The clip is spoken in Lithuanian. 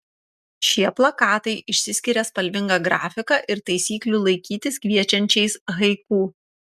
šie plakatai išsiskiria spalvinga grafika ir taisyklių laikytis kviečiančiais haiku